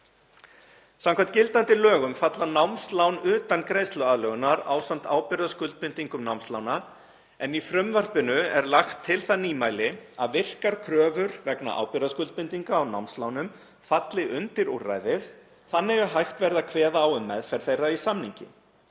Samkvæmt gildandi lögum falla námslán utan greiðsluaðlögunar ásamt ábyrgðarskuldbindingum námslána en í frumvarpinu er lagt til það nýmæli að virkar kröfur vegna ábyrgðarskuldbindinga á námslánum falli undir úrræðið þannig að hægt verði að kveða á um meðferð þeirra í samningi.